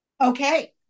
okay